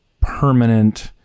permanent